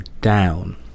down